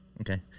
Okay